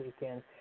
weekend